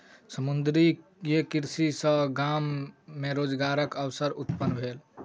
समुद्रीय कृषि सॅ गाम मे रोजगारक अवसर उत्पन्न भेल